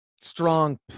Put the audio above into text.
strong